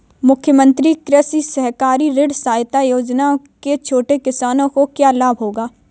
मुख्यमंत्री कृषक सहकारी ऋण सहायता योजना से छोटे किसानों को क्या लाभ होगा?